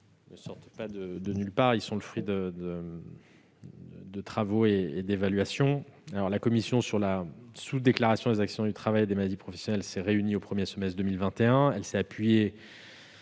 ne sortent pas de nulle part. Ils sont le fruit de travaux et d'évaluations. La commission chargée d'évaluer le coût de la sous-déclaration des accidents du travail et des maladies professionnelles s'est réunie au premier semestre 2021.